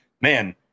man